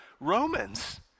Romans